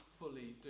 fully